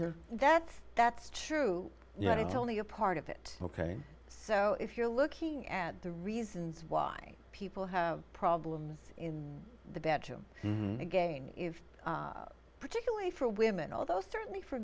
here that's that's true you know it's only a part of it ok so if you're looking at the reasons why people have problems in the bedroom again if particularly for women although certainly for